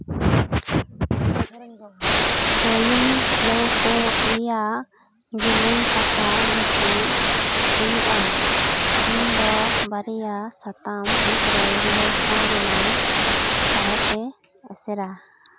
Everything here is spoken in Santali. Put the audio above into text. ᱨᱳᱭᱤᱝ ᱞᱟᱹᱣᱠᱟᱹ ᱨᱮᱭᱟᱜ ᱡᱮᱞᱮᱧ ᱠᱟᱛᱷᱟ ᱡᱚᱠᱷᱮᱡ ᱦᱩᱭᱩᱜᱼᱟ ᱩᱱᱫᱚ ᱵᱟᱨᱭᱟ ᱥᱟᱛᱟᱢ ᱢᱩᱫᱽᱨᱮ ᱞᱟᱹᱣᱠᱟᱹ ᱨᱮᱱᱟᱜ ᱥᱟᱭᱟᱛᱮ ᱮᱥᱮᱨᱟ